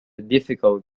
difficult